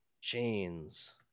chains